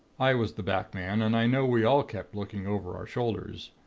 i was the back man, and i know we all kept looking over our shoulders.